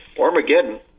Armageddon